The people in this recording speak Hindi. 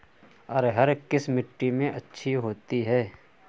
अरहर किस मिट्टी में अच्छी होती है?